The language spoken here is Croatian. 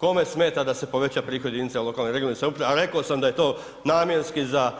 Kome smeta da se poveća prihod jedinica lokalne i regionalne samouprave, a rekao sam da je to namjenski za